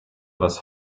was